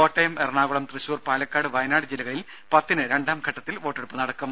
കോട്ടയം എറണാകുളം തൃശൂർ പാലക്കാട് വയനാട് ജില്ലകളിൽ പത്തിന് രണ്ടാംഘട്ടത്തിൽ വോട്ടെടുപ്പ് നടക്കും